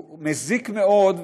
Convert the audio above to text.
הוא מזיק מאוד,